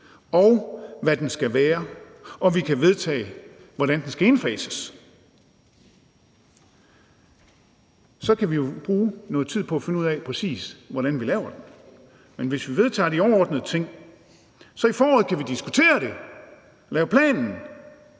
og hvad den skal være; og vi kan vedtage, hvordan den skal indfases. Så kan vi jo bruge noget tid på at finde ud af, præcis hvordan vi laver den. Men hvis vi vedtager de overordnede ting, kan vi diskutere tingene